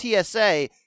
TSA